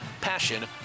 passion